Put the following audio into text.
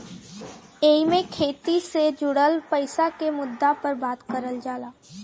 एईमे खेती से जुड़ल पईसा के मुद्दा पर बात करल जाला